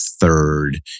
third